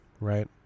right